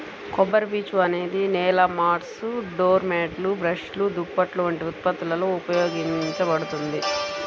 కొబ్బరిపీచు అనేది నేల మాట్స్, డోర్ మ్యాట్లు, బ్రష్లు, దుప్పట్లు వంటి ఉత్పత్తులలో ఉపయోగించబడుతుంది